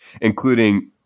including